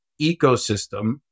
ecosystem